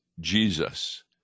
Jesus